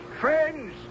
Friends